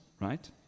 right